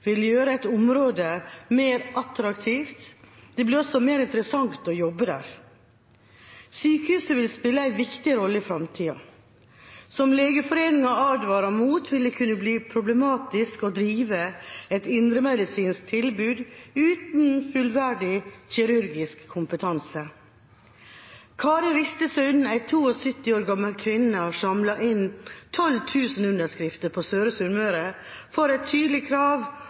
vil gjøre et område mer attraktivt. Det blir også mer interessant å jobbe der. Sykehuset vil spille en viktig rolle i framtida. Som Legeforeningen advarer mot, vil det kunne bli problematisk å drive et indremedisinsk tilbud uten fullverdig kirurgisk kompetanse. Kari Ristesund – en 72 år gammel kvinne – har samlet inn 12 000 underskrifter på Søre Sunnmøre som et tydelig krav